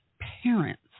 parents